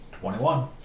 twenty-one